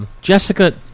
Jessica